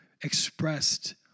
expressed